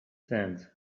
sands